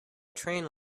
train